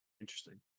interesting